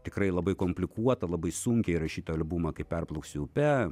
tikrai labai komplikuotą labai sunkiai įrašytą albumą kai perplauksiu upe